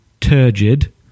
turgid